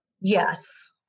Yes